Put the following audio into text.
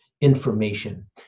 information